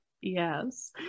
yes